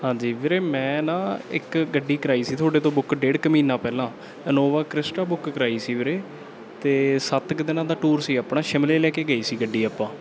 ਹਾਂਜੀ ਵੀਰੇ ਮੈਂ ਨਾ ਇੱਕ ਗੱਡੀ ਕਰਵਾਈ ਸੀ ਤੁਹਾਡੇ ਤੋਂ ਬੁੱਕ ਡੇਢ ਕੁ ਮਹੀਨਾ ਪਹਿਲਾਂ ਅਨੋਵਾ ਕ੍ਰਿਸਟਾ ਬੁੱਕ ਕਰਵਾਈ ਸੀ ਵੀਰੇ ਅਤੇ ਸੱਤ ਕੁ ਦਿਨਾਂ ਦਾ ਟੂਰ ਸੀ ਆਪਣਾ ਸ਼ਿਮਲੇ ਲੈ ਕੇ ਗਏ ਸੀ ਗੱਡੀ ਆਪਾਂ